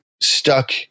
stuck